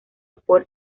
por